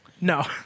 No